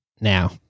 now